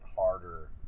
harder